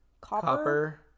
Copper